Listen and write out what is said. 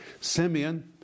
Simeon